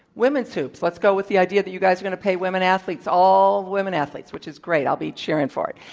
women's hoops, let's go with the idea that you guys are going to pay women athletes, all women athletes, which is great. i'll be cheering for it